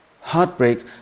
Heartbreak